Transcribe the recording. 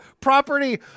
property